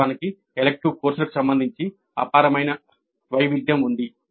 వాస్తవానికి ఎలిక్టివ్ కోర్సులకు సంబంధించి అపారమైన వైవిధ్యం ఉంది